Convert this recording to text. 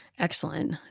Excellent